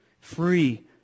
Free